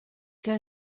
que